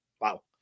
Wow